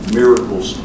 miracles